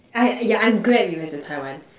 I yeah I'm glad we went to Taiwan